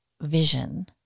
vision